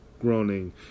groaning